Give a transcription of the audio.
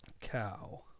cow